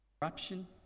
corruption